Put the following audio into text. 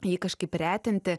jį kažkaip retinti